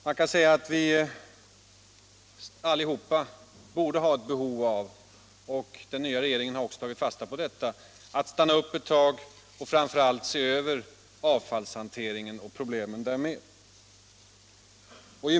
Man kan uttrycka det så att vi allihopa borde ha ett behov av, och den nya regeringen har också tagit fasta på detta, att stanna upp ett tag och framför allt se över avfallshanteringen och problemen med denna.